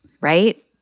right